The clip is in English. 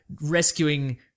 rescuing